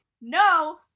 no